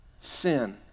sin